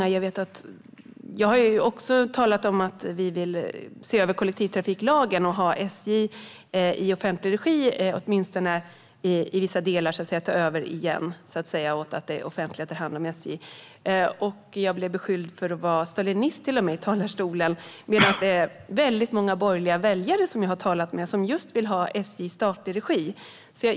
Jag har också talat om att vi vill se över kollektivtrafiklagen och ha SJ i offentlig regi eller åtminstone i vissa delar ta över igen så att det offentliga tar hand om SJ. Jag blev beskylld för att vara stalinist här i talarstolen, men många borgerliga väljare som jag har talat med vill ha SJ i statlig regi.